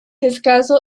escaso